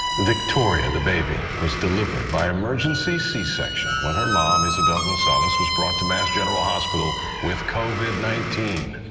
victoria, the baby, was delivered by emergency c-section when her mom isabel gonzalez was brought to mass general hospital with covid nineteen.